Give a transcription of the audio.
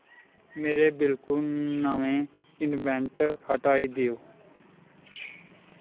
मेरे बिलकुल नमें इनवेंट हटाई देओ